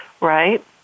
Right